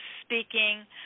speaking